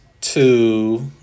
two